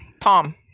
Tom